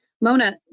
Mona